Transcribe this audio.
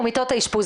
הוא מיטות האשפוז.